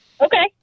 Okay